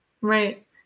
Right